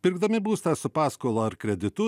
pirkdami būstą su paskola ar kreditu